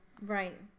Right